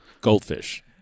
goldfish